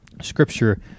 scripture